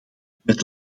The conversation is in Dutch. met